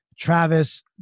Travis